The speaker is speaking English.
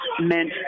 meant